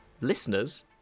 listeners